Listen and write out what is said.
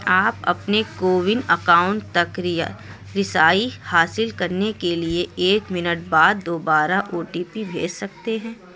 آپ اپنے کوون اکاؤنٹ تک رسائی حاصل کرنے کے لیے ایک منٹ بعد دوبارہ او ٹی پی بھیج سکتے ہیں